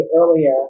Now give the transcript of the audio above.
earlier